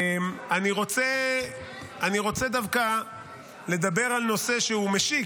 אני רוצה דווקא לדבר על נושא שהוא משיק,